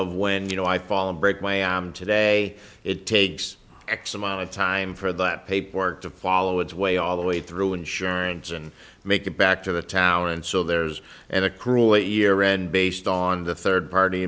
of when you know i fall and break my am today it takes x amount of time for that paperwork to follow its way all the way through insurance and make it back to the town and so there's and the crew at year end based on the third party